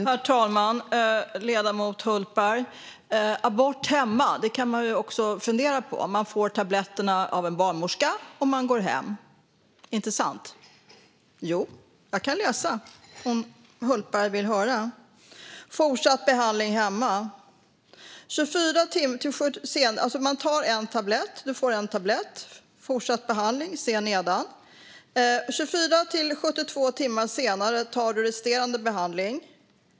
Herr talman! Ledamoten Hultberg! Abort hemma kan man fundera på. Man får tabletterna av en barnmorska, och man går hem. Inte sant? Jo, jag kan läsa om Hultberg vill höra: Du får en tablett. "Fortsatt behandling hemma 24-72 timmar senare tar du själv resterande behandling."